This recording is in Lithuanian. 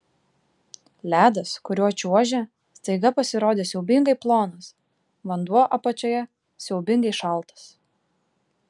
ledas kuriuo čiuožė staiga pasirodė siaubingai plonas vanduo apačioje siaubingai šaltas